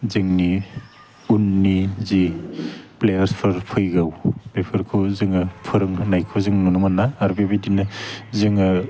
जोंनि उननि जि प्लेयारसफोर फैगौ बेफोरखौ जोङो फोरोंनायखौ जों नुनो मोना आरो बेबायदिनो जोङो